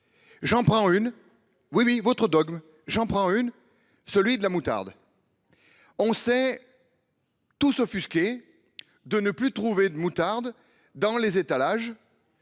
J'en prends une, oui, oui votre dogme j'en prends une, celui de la moutarde. On sait. Tous s'offusquer de ne plus trouver de moutarde dans les étalages.